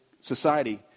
society